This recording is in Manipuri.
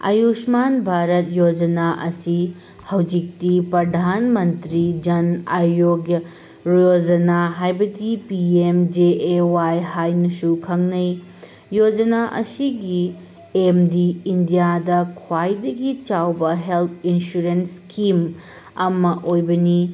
ꯑꯌꯨꯁꯃꯥꯟ ꯚꯥꯔꯠ ꯌꯣꯖꯥꯅꯥ ꯑꯁꯤ ꯍꯧꯖꯤꯛꯇꯤ ꯄ꯭ꯔꯙꯥꯟ ꯃꯟꯇ꯭ꯔꯤ ꯖꯟ ꯑꯥꯌꯣꯒ꯭ꯌꯥ ꯌꯣꯖꯥꯅꯥ ꯍꯥꯏꯕꯗꯤ P M J A Y ꯍꯥꯏꯅꯁꯨ ꯈꯪꯅꯩ ꯌꯣꯖꯥꯅꯥ ꯑꯁꯤꯒꯤ ꯑꯦꯝꯗꯤ ꯏꯟꯗꯤꯌꯥꯗ ꯈ꯭ꯋꯥꯏꯗꯒꯤ ꯆꯥꯎꯕ ꯍꯦꯜꯠ ꯏꯟꯁꯨꯔꯦꯟꯁ ꯁ꯭ꯀꯤꯝ ꯑꯃ ꯑꯣꯏꯕꯅꯤ